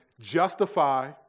justify